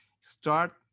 start